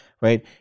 right